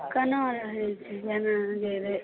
केना रहैत छी जेना जे रहै